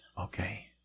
Okay